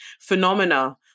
phenomena